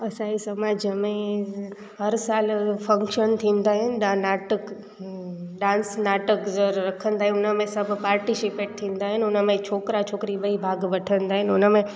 असांजे समाज में हर साल फंक्शन थींदा आहिनि दा नाटक डांस नाटक रखंदा आहिनि उनमें सभु पार्टिशीपेट थींदा आहिनि हुनमें छोकिरा छोकिरी ॿई भाग वठंदा आहिनि उनमें